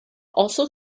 also